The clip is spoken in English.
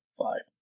five